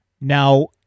Now